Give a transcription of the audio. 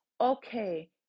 okay